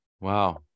wow